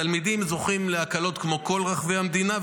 התלמידים זוכים להקלות כמו בכל רחבי המדינה,